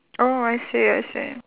oh I see I see